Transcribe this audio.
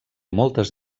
moltes